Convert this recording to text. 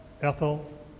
Ethel